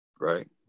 right